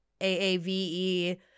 AAVE